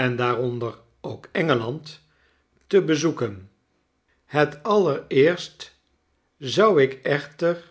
n d te bezoeken het allereerst zou ik echter